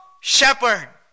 shepherd